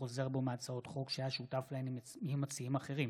חוזר בו מהצעות חוק שהיה שותף להן עם מציעים אחרים.